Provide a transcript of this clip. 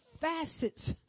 facets